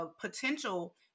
potential